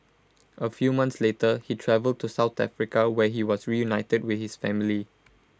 A few months later he travelled to south Africa where he was reunited with his family